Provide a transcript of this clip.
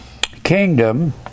kingdom